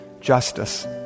justice